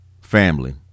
family